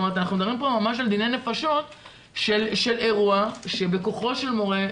אנחנו מדברים כאן ממש על דיני נפשות של אירוע שבכוחו של מורה,